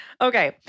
Okay